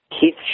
Keith